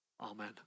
Amen